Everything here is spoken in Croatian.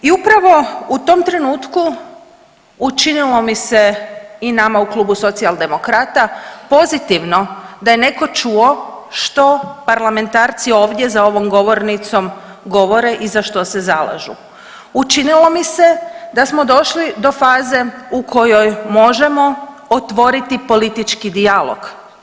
I upravo u tom trenutku učinilo mi se i nama u Klubu Socijaldemokrata pozitivno da je neko čuo što parlamentarci ovdje za ovom govornicom govore i za što se zalažu, učinilo mi se da smo došli do faze u kojoj možemo otvoriti politički dijalog.